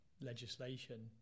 legislation